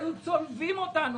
היו צולבים אותנו,